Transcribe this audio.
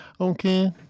Okay